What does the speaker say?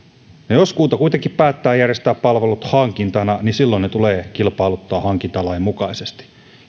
jos kunta kuitenkin päättää järjestää palvelut hankintana niin silloin ne tulee kilpailuttaa hankintalain mukaisesti